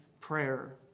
prayer